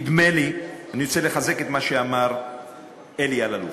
נדמה לי, אני רוצה לחזק את מה שאמר אלי אלאלוף: